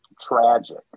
tragic